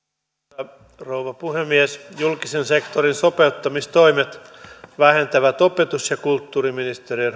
arvoisa rouva puhemies julkisen sektorin sopeuttamistoimet vähentävät opetus ja kulttuuriministeriön